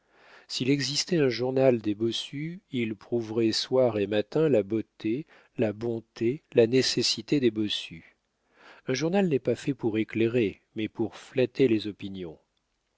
s'il existait un journal des bossus il prouverait soir et matin la beauté la bonté la nécessité des bossus un journal n'est plus fait pour éclairer mais pour flatter les opinions